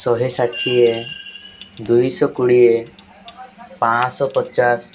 ଶହେ ଷାଠିଏ ଦୁଇଶହ କୋଡ଼ିଏ ପାଞ୍ଚଶହ ପଚାଶ